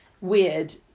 weird